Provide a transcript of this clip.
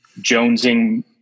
jonesing